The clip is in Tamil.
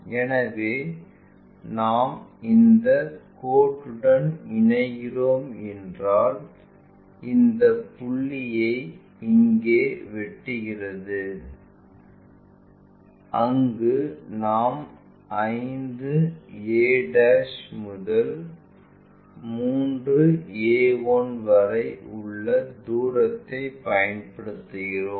எனவே நாம் இந்த கோடுடன் இணைகிறோம் என்றால் இந்த புள்ளியை இங்கே வெட்டுகிறது அங்கு நாம் 5 a முதல் 3a 1 வரை உள்ள தூரத்தை பயன்படுத்துகிறோம்